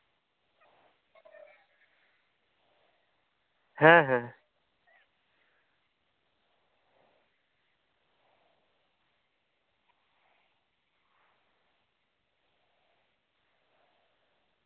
ᱦᱮᱸ ᱦᱮᱸ ᱦᱮᱸ